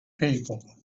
people